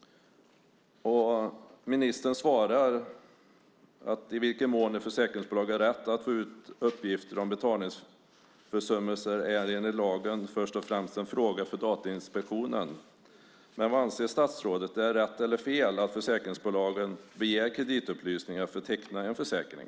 Ministern svarar att i vilken mån ett försäkringsbolag har rätt att få ut uppgifter om betalningsförsummelser enligt lagen först och främst är en fråga för Datainspektionen. Men vad anser statsrådet? Är det rätt eller fel att försäkringsbolagen begär kreditupplysning för att teckna en försäkring?